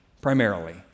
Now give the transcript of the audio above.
primarily